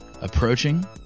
approaching